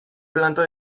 planta